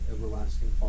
Everlasting